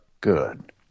Good